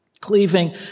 Cleaving